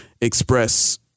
express